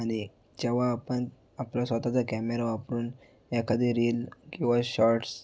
आणि जेव्हा आपण आपला स्वतःचा कॅमेरा वापरून एखादी रील किंवा शॉर्ट्स